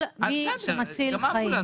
כל מי שמציל חיים.